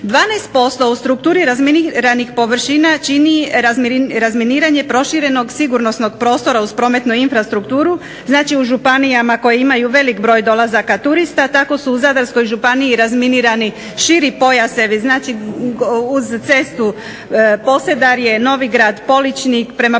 12% u strukturi razminiranih površina čini razminiranje proširenog sigurnosnog prostora uz prometnu infrastrukturu, znači u županijama koji imaju veliki broj dolazaka turista, tako su u zadarskoj županiji razminirani širi pojasevi, znači uz cestu Posedarje, Novigrad, Poličnik, prema Pakoštanima